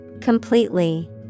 completely